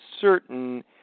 certain